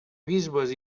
bisbes